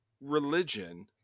religion